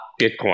Bitcoin